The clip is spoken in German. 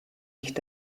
nicht